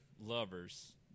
lovers